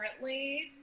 currently